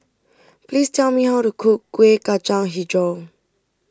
please tell me how to cook Kuih Kacang HiJau